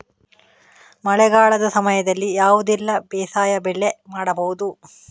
ಮಳೆಗಾಲದ ಸಮಯದಲ್ಲಿ ಯಾವುದೆಲ್ಲ ಬೇಸಾಯ ಬೆಳೆ ಮಾಡಬಹುದು?